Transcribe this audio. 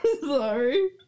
Sorry